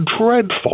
dreadful